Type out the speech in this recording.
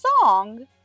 song